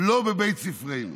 לא בבית ספרנו.